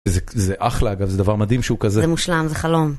זה אחלה אגב, זה דבר מדהים שהוא כזה... -זה מושלם, זה חלום.